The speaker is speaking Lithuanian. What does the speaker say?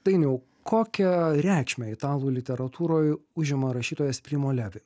dainiau kokią reikšmę italų literatūroj užima rašytojas primo levi